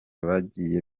bagiye